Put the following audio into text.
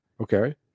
Okay